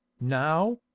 now